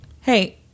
Hey